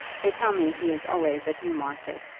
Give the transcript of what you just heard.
they tell me he is always at newmarket,